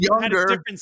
younger